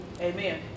Amen